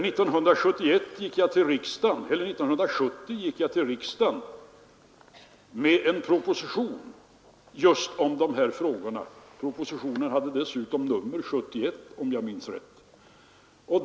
1970 lade jag fram en proposition för riksdagen om just de här frågorna — propositionen hade nummer 71, om jag minns rätt.